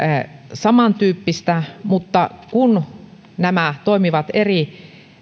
samantyyppistä mutta kun nämä toimivat eri